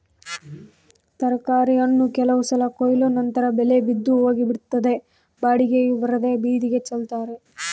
ತರಕಾರಿ ಹಣ್ಣು ಕೆಲವು ಸಲ ಕೊಯ್ಲು ನಂತರ ಬೆಲೆ ಬಿದ್ದು ಹೋಗಿಬಿಡುತ್ತದೆ ಬಾಡಿಗೆಯೂ ಬರದೇ ಬೀದಿಗೆ ಚೆಲ್ತಾರೆ